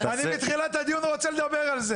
אני מתחילת הדיון רוצה לדבר על זה.